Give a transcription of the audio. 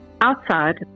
Outside